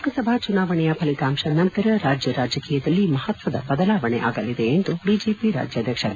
ಲೋಕಸಭಾ ಚುನಾವಣೆಯ ಫಲಿತಾಂತದ ನಂತರ ರಾಜ್ಯ ರಾಜಕೀಯದಲ್ಲಿ ಮಹತ್ವದ ಬದಲಾವಣೆ ಆಗಲಿದೆ ಎಂದು ಬಿಜೆಪಿ ರಾಜ್ಯಾಧ್ಯಕ್ಷ ಬಿ